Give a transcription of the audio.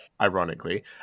ironically